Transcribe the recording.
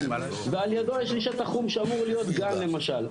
ועל ידו יש לי שטח חום שאמור להיות גן למשל,